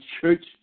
church